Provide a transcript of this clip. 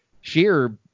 Sheer